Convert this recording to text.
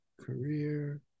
Career